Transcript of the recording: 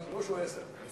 שלוש או עשר?